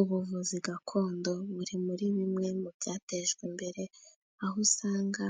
Ubuvuzi gakondo buri muri bimwe mu byatejwe imbere. Aho usanga